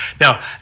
Now